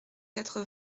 quatre